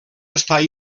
estar